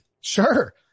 Sure